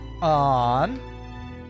on